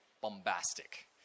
bombastic